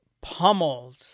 pummeled